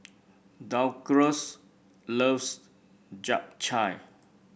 Douglass loves Japchae